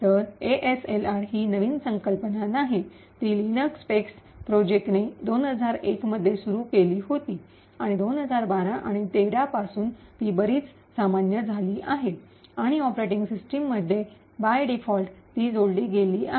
तर एएसएलआर ही नवीन संकल्पना नाही ती लिनक्स पेक्स प्रोजेक्टने २००१ मध्ये सुरू केली होती आणि २०१२ किंवा २०१३ पासून ती बर्रीच सामान्य झाली आहे आणि ऑपरेटिंग सिस्टममध्ये बायडीफॉल्ट ती जोडली गेली आहे